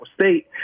State